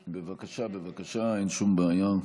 בבקשה, בבקשה, אין שום בעיה.